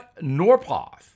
Norpoth